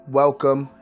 welcome